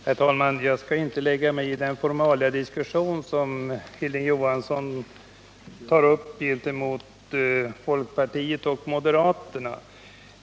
Herr talman! Jag skall inte lägga mig i den formaliadiskussion som Hilding Johansson tar upp gentemot folkpartiet och moderaterna.